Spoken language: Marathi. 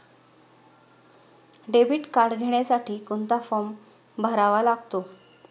डेबिट कार्ड घेण्यासाठी कोणता फॉर्म भरावा लागतो?